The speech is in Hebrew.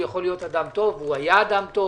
הוא יכול להיות אדם טוב, הוא היה אדם טוב